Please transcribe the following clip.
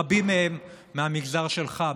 רבים מהם מהמגזר שלך,